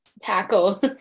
tackle